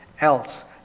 else